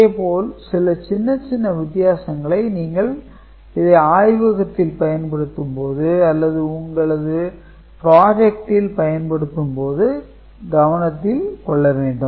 இதே போல் சில சின்ன சின்ன வித்தியாசங்களை நீங்கள் இதை ஆய்வகத்தில் பயன்படுத்தும் போது அல்லது உங்களது Project ல் பயன்படுத்தும் போதோ கவனத்தில் கொள்ள வேண்டும்